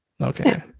okay